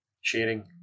sharing